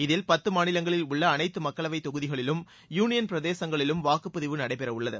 இதில் பத்து மாநிலங்களில் உள்ள அனைத்து மக்களவைத் தொகுதிகளிலும் யூனியன் பிரதேசங்களிலும் வாக்குப்பதிவு நடைபெறவுள்ளது